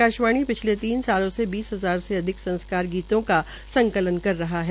आकाशवाणी पिछले तीन सालों से बीस हजार से अधिक संस्कार गीतों का संकलन कर रहा है